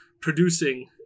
producing